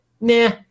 nah